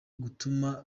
gutuma